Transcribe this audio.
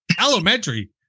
Elementary